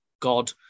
god